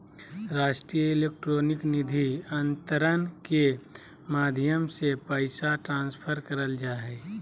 राष्ट्रीय इलेक्ट्रॉनिक निधि अन्तरण के माध्यम से पैसा ट्रांसफर करल जा हय